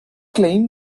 claim